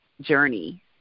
journey